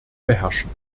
beherrschen